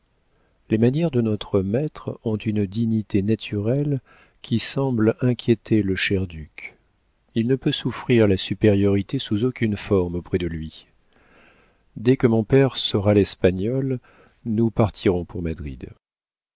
les manières de notre maître ont une dignité naturelle qui semble inquiéter le cher duc il ne peut souffrir la supériorité sous aucune forme auprès de lui dès que mon père saura l'espagnol nous partirons pour madrid